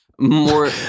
more